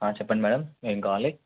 చెప్పండి మ్యాడమ్ ఏమి కావాలి